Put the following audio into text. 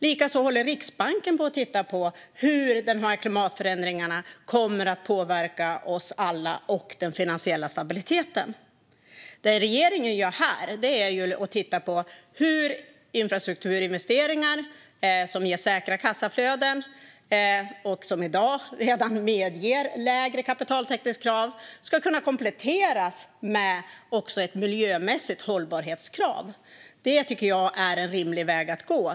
Likaså tittar Riksbanken på hur klimatförändringarna kommer att påverka oss alla och den finansiella stabiliteten. Det regeringen gör här är att titta på hur infrastrukturinvesteringar, som ger säkra kassaflöden och som redan i dag medger lägre kapitaltäckningskrav, ska kunna kompletteras med ett miljömässigt hållbarhetskrav. Det är en rimlig väg att gå.